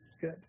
Good